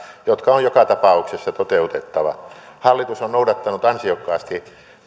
jotka on joka tapauksessa toteutettava hallitus on noudattanut ansiokkaasti